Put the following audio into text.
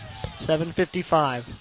7.55